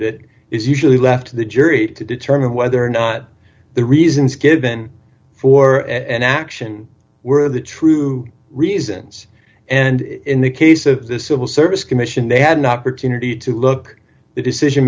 that is usually left to the jury to determine whether or not the reasons given for an action were the true reasons and in the case of the civil service commission they had an opportunity to look the decision